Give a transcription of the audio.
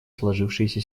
сложившейся